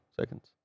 seconds